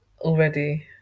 already